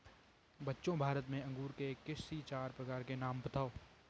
बच्चों भारत में अंगूर के किसी चार प्रकार के नाम बताओ?